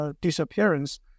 disappearance